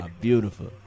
beautiful